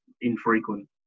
infrequent